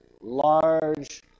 large